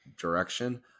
direction